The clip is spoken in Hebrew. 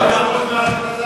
18% מההכנסה שלהם,